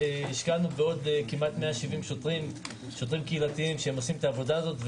השקענו בעוד כ-170 שוטרים קהילתיים שעושים את העבודה הזו.